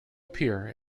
appear